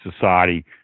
society